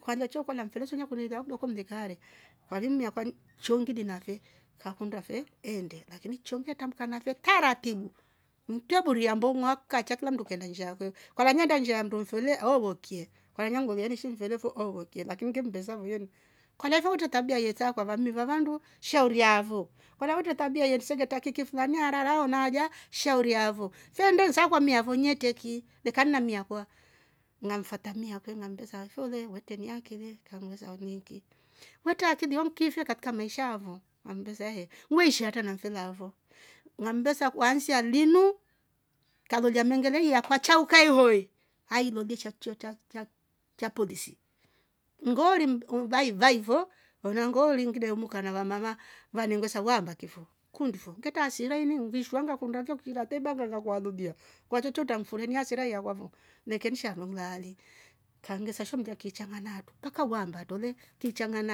Kwalolya chao ukakolya mfele su akundi ilya ho kidoko mleke aale kwali mmi akwa nchyo ngili nafe kwakunda kakunda fe eende nafe lakini chyo nge trambuka nafe taraatibu, tweburia mbooha kukacha kilamndukeenda njia yakwe kolya neenda njia ya mndu mfele na wookye kwahiyo anglolya ini shi mfele fo auwokye, lakini ngemmbesa fo yeni kolya ife utre tabia ye saa kulya vammi va vandu shaur yaafo, kama utre tabia ye sengetra kiki fulani arara on naalya shauri yaafo fe enda isaakwa mmiafo nyetre ki lekan nammi akwa ngafatra mmi akwe ngammbesa fele utreni akilikangimbesa niiki? Wetre akiliyonki ife katrika maisha yo yaafo. ngambesa ehe uishi hatra namfele afo, ngambesa kuansia linu kalolya mengel i yakwa chauka ih hoyi ailolye sha kituo cha- cha polisi, ngoori vai vai fo wala ngoori ngive umka na vamama vaneng'vesa nnkundi fo ngetre hasira ining'vishwa ngakunda ngekuhira hata ibanga ngakuaribia kwachoocho utanfore hasira i yakwa fo lekeni nshandu nlaali ngangvesa sho mlya ki chang'ana